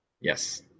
yes